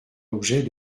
objet